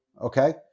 okay